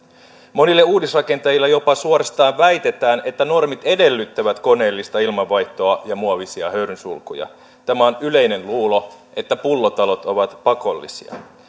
monille uudisrakentajille jopa suorastaan väitetään että normit edellyttävät koneellista ilmanvaihtoa ja muovisia höyrynsulkuja tämä on yleinen luulo että pullotalot ovat pakollisia